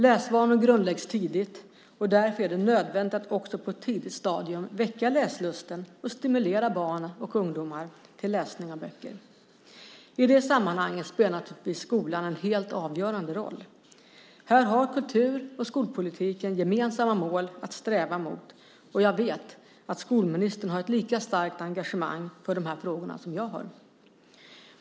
Läsvanor grundläggs tidigt och därför är det nödvändigt att också på ett tidigt stadium väcka läslusten och stimulera barn och ungdomar till läsning av böcker. I det sammanhanget spelar naturligtvis skolan en helt avgörande roll. Här har kultur och skolpolitiken gemensamma mål att sträva mot och jag vet att skolministern har ett lika starkt engagemang för de här frågorna som jag.